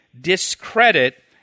discredit